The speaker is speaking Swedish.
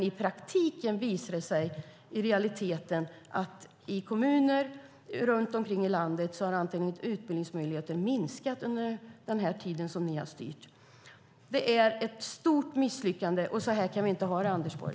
I realiteten visar det sig att utbildningsmöjligheterna i kommuner runt om i landet har minskat under den tid som ni har styrt. Det är ett stort misslyckande. Så här kan vi inte ha det, Anders Borg.